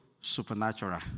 supernatural